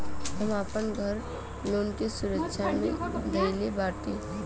हम आपन घर लोन के सुरक्षा मे धईले बाटी